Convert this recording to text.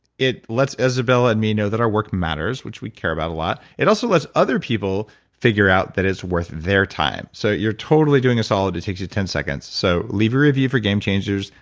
it lets izabella and me know that our work matters, which we care about a lot. it also lets other people figure out that it's worth their time. so you're totally doing a solid. it takes you ten seconds. so, leave a review for game changers.